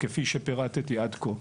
כפי שפירטתי עד כה.